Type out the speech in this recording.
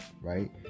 Right